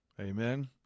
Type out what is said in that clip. Amen